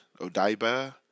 Odaiba